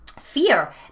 fear